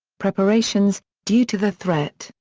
preparations due to the threat,